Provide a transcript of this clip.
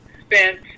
spent